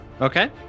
okay